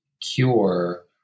cure